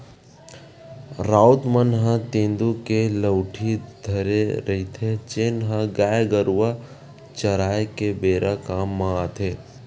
राउत मन ह तेंदू के लउठी धरे रहिथे, जेन ह गाय गरुवा चराए के बेरा काम म आथे